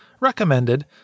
Recommended